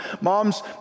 moms